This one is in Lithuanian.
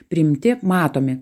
priimti matomi